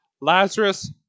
lazarus